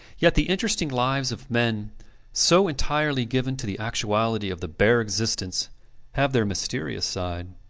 yet the uninteresting lives of men so entirely given to the actuality of the bare existence have their mysterious side.